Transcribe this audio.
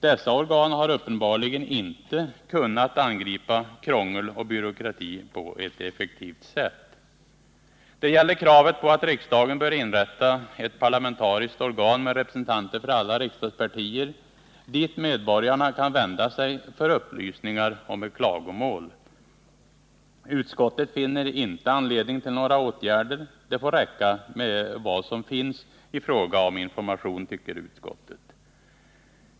Dessa organ har uppenbarligen inte kunnat angripa krångel och byråkrati på ett effektivt sätt. Det gäller kravet på att riksdagen bör inrätta ett parlamentariskt organ med representanter för alla riksdagspartier, dit medborgarna kan vända sig för upplysningar och med klagomål. Utskottet finner inte anledning till några åtgärder. Det får räcka med vad som finns i fråga om information, tycker utskottet.